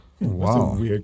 Wow